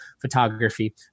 photography